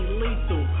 lethal